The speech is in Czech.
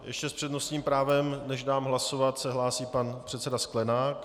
Ještě s přednostním právem, než dám hlasovat, se hlásí pan předseda Sklenák.